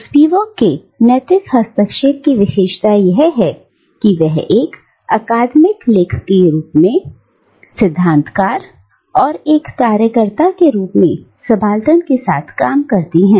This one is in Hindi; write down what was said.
तो स्पिवक के नैतिक हस्तक्षेप की विशेषता यह है कि वह एक अकादमिक लेखक के रूप में सिद्धांतकार और एक कार्यकर्ता के रूप में सबाल्टर्न के साथ काम करते हैं